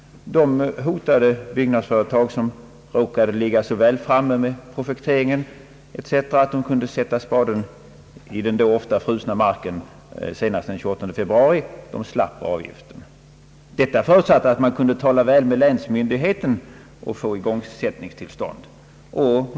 De hotade byggnadsföretag som råkade ligga så väl framme med projekteringen etc. att de kunde sätta spaden i den då ofta frusna marken senast den 28 februari slapp avgift, detta förutsatt att man kunde tala väl med länsmyndigheten och få igångsättningstillstånd.